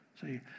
See